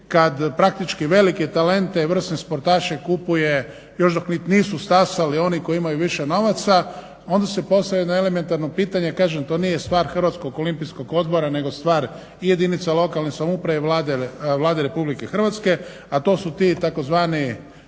kad praktički velike talente i vrsne sportaše kupuje još dok i nisi stasali oni koji imaju više novaca. Onda se postavlja jedno elementarno pitanje, kažem to nije stvar Hrvatskog olimpijskog odbora nego stvar i jedinica lokalne samoupravi i Vlade Republike Hrvatske, a to su ti tzv.